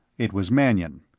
it was mannion.